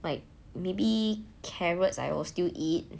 like maybe carrots I will still eat